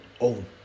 own